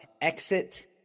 exit